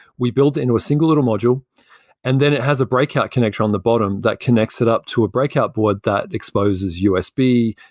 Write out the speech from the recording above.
we build into a single little module and then it has a breakout connector on the bottom that connects it up to a breakout board that exposes usb,